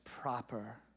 proper